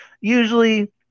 usually